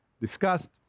discussed